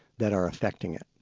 that are affecting it?